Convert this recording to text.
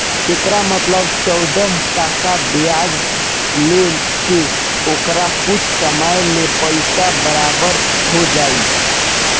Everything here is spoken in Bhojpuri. एकर मतलब चौदह टका ब्याज ले के ओकर कुछ समय मे पइसा बराबर हो जाई